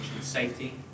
Safety